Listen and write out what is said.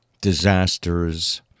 disasters